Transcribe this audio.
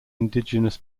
indigenous